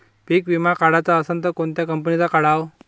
पीक विमा काढाचा असन त कोनत्या कंपनीचा काढाव?